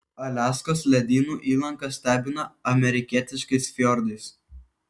aliaskos ledynų įlanka stebina amerikietiškais fjordais